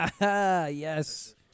Yes